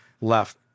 left